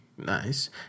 Nice